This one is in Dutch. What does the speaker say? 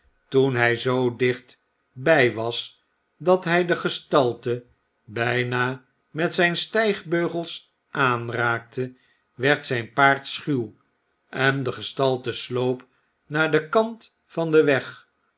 toen hy zoo dicht bij was dat hg de gestalte bjjna met zijn stjjgbeugels aanraakte werd zyn paard schuw en de gestalte sloop naar den kant van den weg